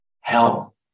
hell